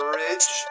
rich